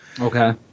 Okay